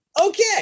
Okay